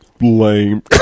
lame